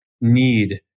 need